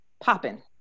popping